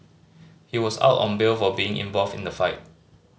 he was out on bail for being involved in the fight